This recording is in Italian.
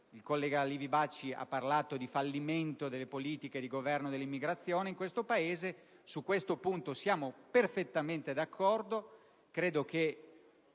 Il collega Livi Bacci ha parlato di fallimento delle politiche di governo dell'immigrazione in Italia. Su questo siamo perfettamente d'accordo.